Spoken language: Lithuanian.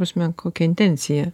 prasme kokia intencija